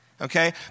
Okay